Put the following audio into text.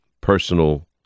personal